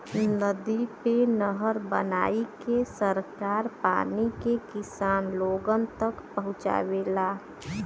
नदी पे नहर बनाईके सरकार पानी के किसान लोगन तक पहुंचावेला